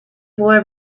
boy